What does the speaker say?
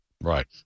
right